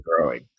growing